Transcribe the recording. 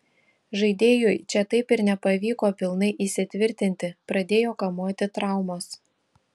žaidėjui čia taip ir nepavyko pilnai įsitvirtinti pradėjo kamuoti traumos